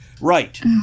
right